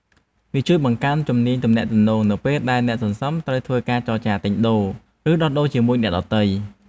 វាជួយបង្កើនជំនាញទំនាក់ទំនងនៅពេលដែលអ្នកសន្សំត្រូវធ្វើការចរចាទិញដូរ ឬដោះដូរជាមួយអ្នកដទៃ។